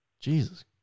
Jesus